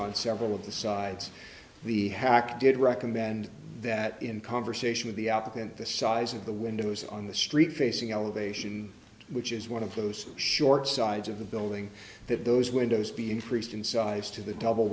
on several of the sides the hack did recommend that in conversation of the occupant the size of the windows on the street facing elevation which is one of those short sides of the building that those windows be increased in size to the double